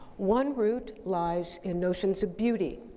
one root lies in notions of beauty,